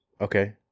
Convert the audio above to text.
okay